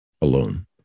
alone